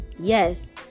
yes